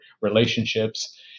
relationships